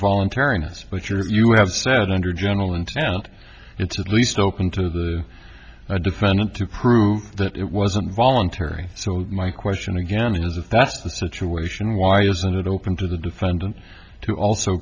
voluntariness but yours you have said under general intent it's at least open to the defendant to prove that it wasn't voluntary so my question again is if that's the situation why isn't it open to the defendant to also